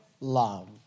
love